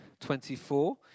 24